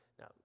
Now